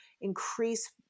increase